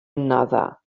another